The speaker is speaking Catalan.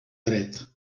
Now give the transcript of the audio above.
dret